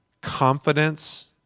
confidence